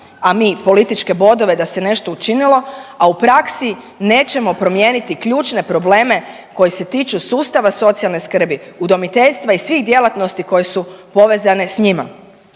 a mi političke bodove da se nešto učinilo, a u praksi nećemo promijeniti ključne probleme koji se tiču sustava socijalne skrbi, udomiteljstva i svih djelatnosti koje su povezane sa njima.